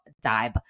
dive